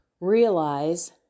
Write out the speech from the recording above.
realize